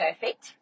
perfect